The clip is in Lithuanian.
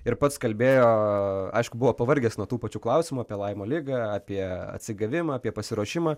ir pats kalbėjo aišku buvo pavargęs nuo tų pačių klausimų apie laimo ligą apie atsigavimą apie pasiruošimą